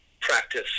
practice